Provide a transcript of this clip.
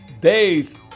days